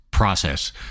process